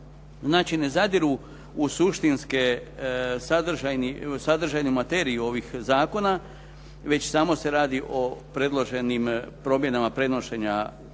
znači ne zadiru u suštinske sadržaje materije ovih zakona, već samo se radi o predloženim promjenama prenošenja ovlasti.